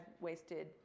wasted